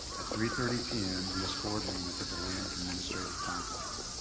at three thirty p m. in this board room at the deland administrative complex.